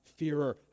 fearer